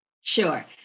Sure